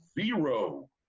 zero